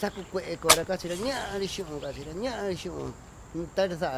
Sacu cue coydra ñaari suún tacua